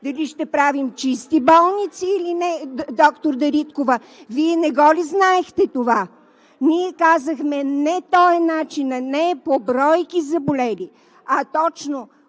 дали ще правим чисти болници или не, доктор Дариткова. Вие не го ли знаехте това?! Ние казахме: не е този начинът, не е по бройки заболели, а точно